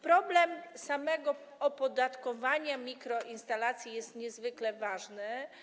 Problem samego opodatkowania mikroinstalacji jest niezwykle ważny.